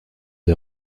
des